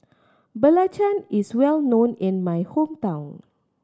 belacan is well known in my hometown